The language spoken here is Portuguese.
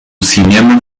cinema